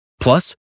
Plus